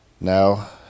Now